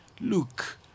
look